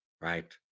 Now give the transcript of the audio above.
Right